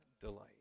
delight